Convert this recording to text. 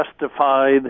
justified